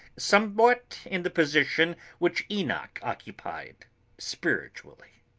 somewhat in the position which enoch occupied spiritually!